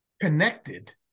connected